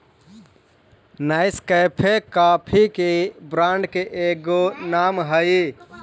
Nescafe coffee के brand के एगो नाम हई